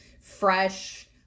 fresh